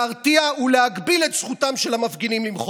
להרתיע ולהגביל את זכותם של המפגינים למחות.